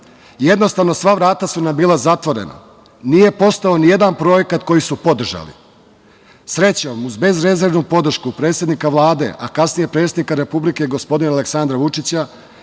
Jednostavno, sva vrata su nam bila zatvorena. Nije postojao ni jedan projekat koji su podržali. Srećom, uz bezrezervnu podršku predsednika Vlade, a kasnije predsednika Republike, gospodina Aleksandra Vučića,